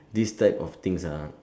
this type of things ah